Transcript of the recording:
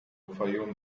fayoum